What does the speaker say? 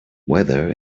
weather